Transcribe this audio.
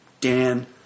Dan